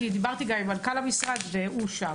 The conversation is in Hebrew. כי דיברתי גם עם מנכ"ל המשרד והוא אישר